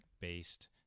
based